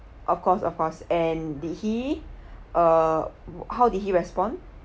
of course of course and did he uh how did he respond